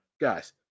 Guys